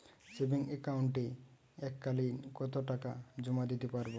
Savings একাউন্টে এক কালিন কতটাকা জমা দিতে পারব?